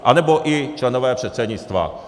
Anebo i členové předsednictva.